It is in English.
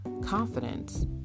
confidence